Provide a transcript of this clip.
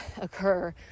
occur